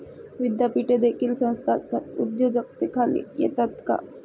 विद्यापीठे देखील संस्थात्मक उद्योजकतेखाली येतात का?